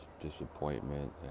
disappointment